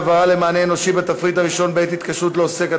העברה למענה אנושי בתפריט הראשון בעת התקשרות לעוסק),